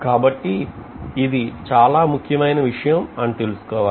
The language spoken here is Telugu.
కాబట్టి ఇది ఇది చాలా ముఖ్యమైన విషయం అని తెలుసుకోవాలి